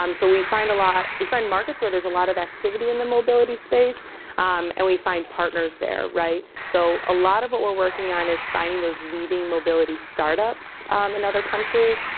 um so we find a lot, we find markets where there's a lot of activity in the mobility space. and we find partners there right? so a lot of what we're working on is finding those leading mobility start-ups in other countries.